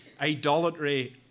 idolatry